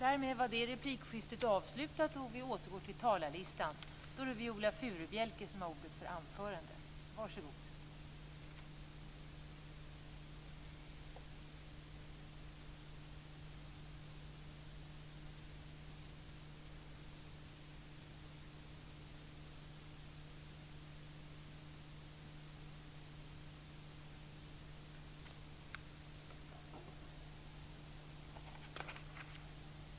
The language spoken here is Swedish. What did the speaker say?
Fru talman!